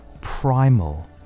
primal